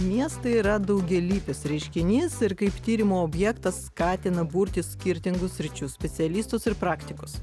miestai yra daugialypis reiškinys ir kaip tyrimo objektas skatina burtis skirtingų sričių specialistus ir praktikus